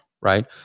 Right